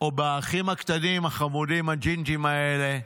או באחים הקטנים החמודים הג'ינג'ים האלה,